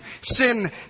Sin